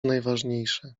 najważniejsze